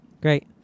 Great